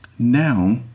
Now